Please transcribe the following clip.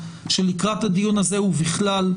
שלקראת הדיון הזה ובכלל,